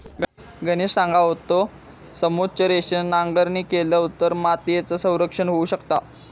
गणेश सांगा होतो, समोच्च रेषेन नांगरणी केलव तर मातीयेचा संरक्षण होऊ शकता